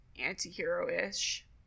anti-hero-ish